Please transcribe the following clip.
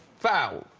vowel